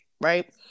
right